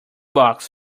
box